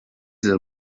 del